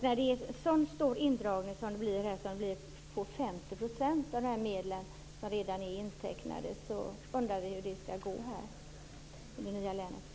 När det är en så stor indragning som det här är fråga om, 50 % av de redan intecknade medlen, undrar vi hur det skall gå i det nya länet.